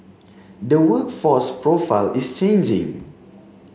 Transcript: the workforce profile is changing